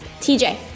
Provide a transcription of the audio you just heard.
TJ